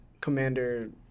commander